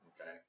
okay